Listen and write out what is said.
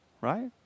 right